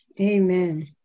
amen